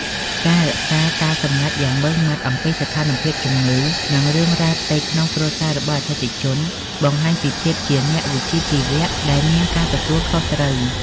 ការរក្សាការសម្ងាត់យ៉ាងម៉ឺងម៉ាត់អំពីស្ថានភាពជំងឺ និងរឿងរ៉ាវផ្ទៃក្នុងគ្រួសាររបស់អតិថិជន បង្ហាញពីភាពជាអ្នកវិជ្ជាជីវៈដែលមានការទទួលខុសត្រូវ។